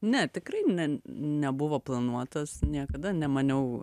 ne tikrai ne nebuvo planuotas niekada nemaniau